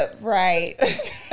right